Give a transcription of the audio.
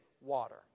water